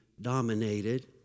dominated